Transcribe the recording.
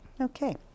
Okay